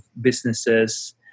businesses